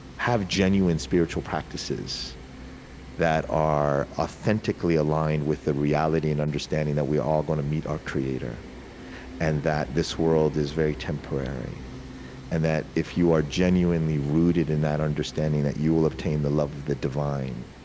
have genuine spiritual practices that are authentically aligned with the reality and understanding that we are all going to meet our creator and that this world is very temporary and that if you are genuinely rooted in that understanding, that you will obtain the love of the divine.